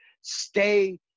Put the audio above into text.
stay